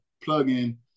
plug-in